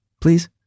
Please